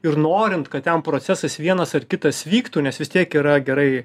ir norint kad ten procesas vienas ar kitas vyktų nes vis tiek yra gerai